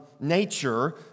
nature